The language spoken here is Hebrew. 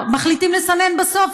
מחליטים לסנן בסוף,